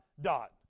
dot